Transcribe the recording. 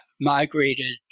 migrated